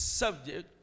subject